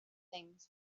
things